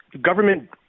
government